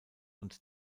und